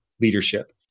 Leadership